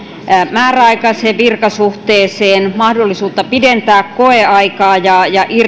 määräaikaiseen virkasuhteeseen mahdollisuutta pidentää koeaikaa ja ja